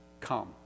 come